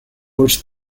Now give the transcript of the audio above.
which